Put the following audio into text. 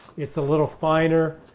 it's a little finer,